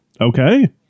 okay